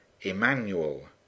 Emmanuel